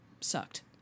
sucked